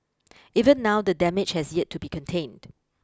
even now the damage has yet to be contained